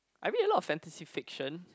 I read a lot of fantasy fiction